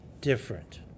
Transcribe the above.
different